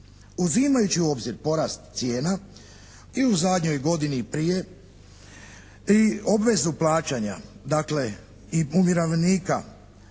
Uzimajući u obzir porast cijena i u zadnjoj godini i prije i obvezu plaćanja, dakle